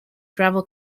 travel